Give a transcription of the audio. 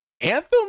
Anthem